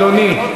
אדוני,